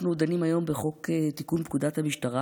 אנחנו דנים היום בחוק תיקון פקודת המשטרה.